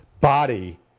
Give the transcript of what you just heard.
body